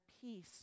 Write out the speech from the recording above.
peace